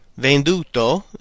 Venduto